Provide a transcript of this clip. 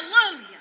Hallelujah